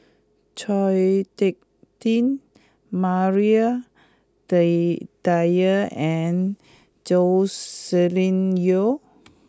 Chao Hick Tin Maria day Dyer and Joscelin Yeo